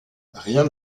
rien